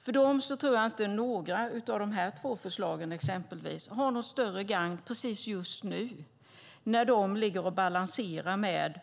För dem tror jag inte att något av dessa två förslag är till något större gagn precis just nu när de ligger och balanserar med